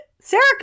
Sarah